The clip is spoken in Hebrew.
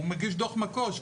הוא מגיש דוח מקו"ש,